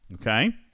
okay